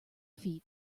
feet